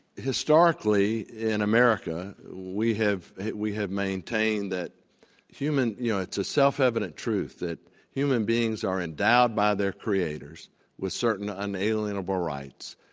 historically, in america, we have we have maintained that humans you know, it's a self-evident truth that human beings are endowed by their creators with certain ah inalienable rights,